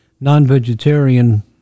non-vegetarian